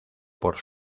por